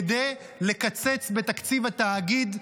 כדי לקצץ בתקציב התאגיד,